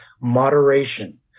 moderation